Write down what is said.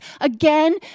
again